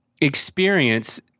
experience